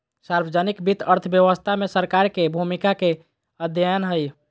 सार्वजनिक वित्त अर्थव्यवस्था में सरकार के भूमिका के अध्ययन हइ